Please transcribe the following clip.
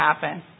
happen